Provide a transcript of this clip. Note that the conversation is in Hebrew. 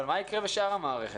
מה יקרה בשאר המערכת?